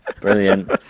Brilliant